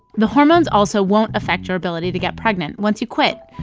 the hormones also won't affect your ability to get pregnant once you quit.